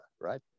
right